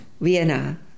Vienna